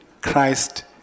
Christ